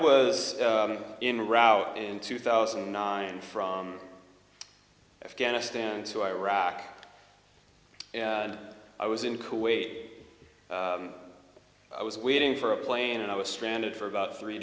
was in route in two thousand and nine from afghanistan to iraq and i was in kuwait i was waiting for a plane and i was stranded for about three